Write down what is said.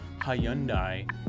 Hyundai